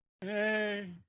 Hey